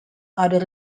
other